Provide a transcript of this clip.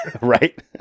Right